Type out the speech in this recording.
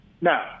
Now